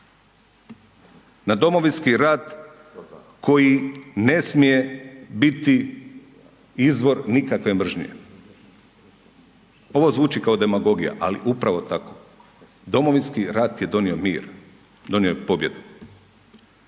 na Domovinski rat koji ne smije biti izvor nikakve mržnje. Ovo zvuči kao demagogija, ali upravo tako. Domovinski rat je donio mir, donio je pobjedu.